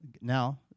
Now